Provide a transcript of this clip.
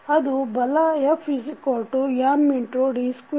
ಅದು ಬಲ FMd2xdt2BdxdtKx